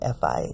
FI